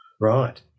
Right